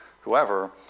whoever